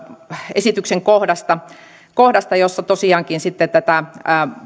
esityksen kohdasta kohdasta jossa tosiaankin sitten tätä